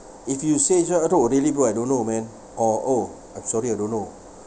if you say jap ah bro really bro I don't know man or oh I'm sorry I don't know